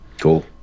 Cool